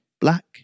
Black